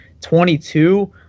22